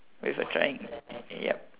with a drawing yup